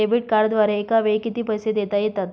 Debit कार्डद्वारे एकावेळी किती पैसे देता येतात?